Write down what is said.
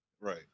Right